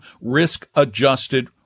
risk-adjusted